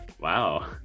Wow